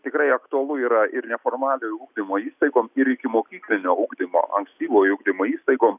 tikrai aktualu yra ir neformaliojo ugdymo įstaigom ir ikimokyklinio ugdymo ankstyvojo ugdymo įstaigom